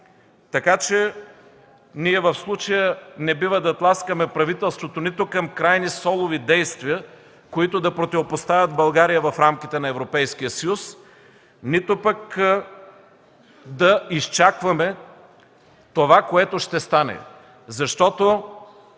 проблеми? В случая не бива да тласкаме правителството нито към крайни солови действия, които да противопоставят България в рамките на Европейския съюз, нито пък да изчакваме това, което ще стане,